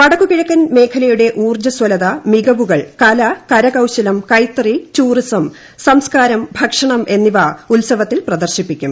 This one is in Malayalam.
വടക്കു കിഴക്കൻ മേഖലയുടെ ഊർജ്ജസ്വലത മികവുകൾ ക ല കരകൌശലം കൈത്തറി ടൂറിസം സംസ്കാരം ഭക്ഷണം എന്നിവ ഉൽസവത്തിൽ പ്രദർശിപ്പിക്കും